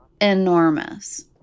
enormous